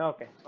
Okay